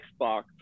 Xbox